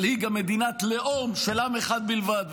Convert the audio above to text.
אבל היא גם מדינת לאום של עם אחד בלבד,